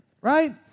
Right